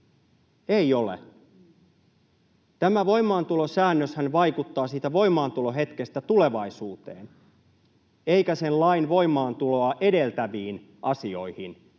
Ei ole. Tämä voimaantulosäännöshän vaikuttaa siitä voimaantulohetkestä tulevaisuuteen eikä sen lain voimaantuloa edeltäviin asioihin. [Krista